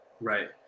right